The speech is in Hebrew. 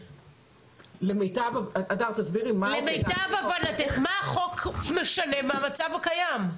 למיטב הבנתך, מה החוק הזה משנה מהמצב הקיים?